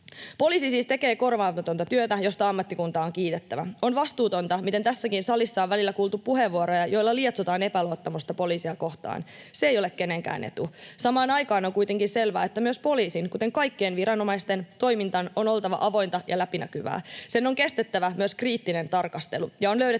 Poliisi siis tekee korvaamatonta työtä, josta ammattikuntaa on kiitettävä. On vastuutonta, miten tässäkin salissa on välillä kuultu puheenvuoroja, joilla lietsotaan epäluottamusta poliisia kohtaan. Se ei ole kenenkään etu. Samaan aikaan on kuitenkin selvää, että myös poliisin, kuten kaikkien viranomaisten, toiminnan on oltava avointa ja läpinäkyvää. Sen on kestettävä myös kriittinen tarkastelu,